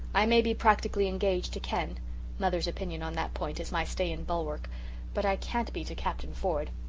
i may be practically engaged to ken mother's opinion on that point is my stay and bulwark but i can't be to captain ford!